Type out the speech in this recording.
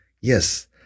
yes